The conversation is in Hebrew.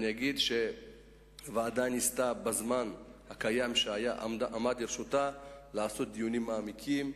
אני אגיד שהוועדה ניסתה בזמן שעמד לרשותה לעשות דיונים מעמיקים,